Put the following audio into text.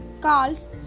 calls